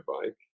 bike